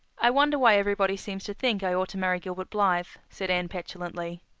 i wonder why everybody seems to think i ought to marry gilbert blythe, said anne petulantly.